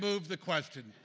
move the question